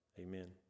Amen